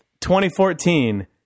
2014